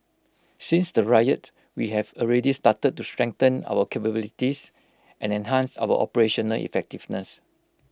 since the riot we have already started to strengthen our capabilities and enhance our operational effectiveness